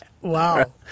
Wow